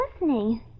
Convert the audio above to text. listening